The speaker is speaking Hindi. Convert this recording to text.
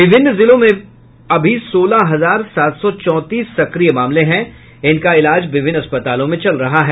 विभिन्न जिलों में अभी सोलह हजार सात सौ चौंतीस सक्रिय मामले हैं इनका इलाज विभिन्न अस्पतालों में चल रहा है